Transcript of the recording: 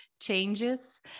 changes